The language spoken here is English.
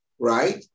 Right